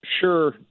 sure